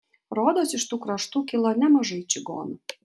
rodos iš tų kraštų kilo nemažai čigonų